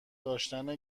داشتن